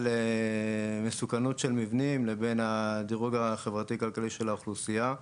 מסוכנות של מבנים לבין הדירוג החברתי-כלכלי של האוכלוסייה.